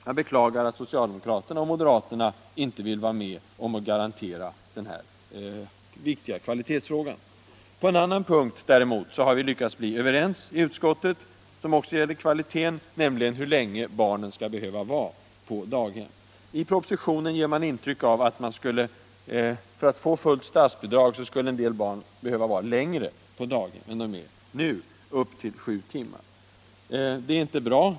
Jag beklagar att socialdemokraterna och moderaterna inte vill vara med om att uppfylla detta viktiga kvalitetskrav. På en annan punkt som gäller kvalitén har vi däremot lyckats bli övoerens i utskottet. Der gäller hur länge barnen skall behöva vara på daghem. I propositionen ges intryck av att man för att få fullt statsbidrag skulle behöva ha en del barn längre på daghem än de är nu — upp till sju timmar. Det är inte bra.